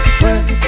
work